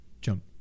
jump